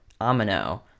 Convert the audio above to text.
Amino